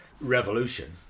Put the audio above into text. revolution